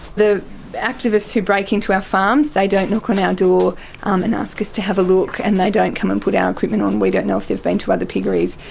the activists who break into our farms, they don't knock on our door um and ask us to have a look, and they don't come and put our equipment on and we don't know if they've been to other piggeries.